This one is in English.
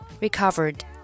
recovered